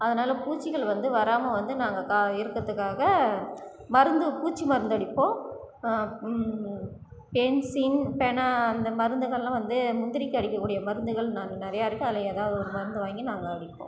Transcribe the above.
அதனால் பூச்சிகள் வந்து வராமல் வந்து நாங்கள் கா இருக்கிறதுக்காக மருந்து பூச்சி மருந்து அடிப்போம் பென்சின் பெனா அந்த மருந்துகளெலாம் வந்து முந்திரிக்கு அடிக்க கூடிய மருந்துகள் நிறையாயிருக்கு அதில் ஏதாவது ஒரு மருந்து வாங்கி நாங்கள் அடிப்போம்